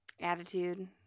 Attitude